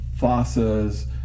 fossas